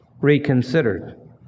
reconsidered